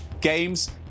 games